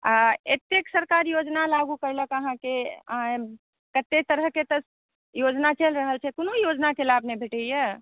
आ एतेक सरकार योजना लागू करलक अहाँके अहाँ कते तरहके तऽ योजना चलि रहल छै कोनो योजनाके लाभ नहि भेटैया